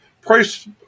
price